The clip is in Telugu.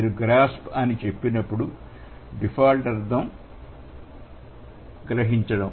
మీరు గ్రాస్ప్ అని చెప్పినప్పుడు డిఫాల్ట్ అర్థం గ్రహించడం